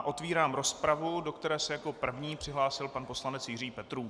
Otevírám rozpravu, do které se jako první přihlásil pan poslanec Jiří Petrů.